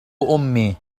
أمي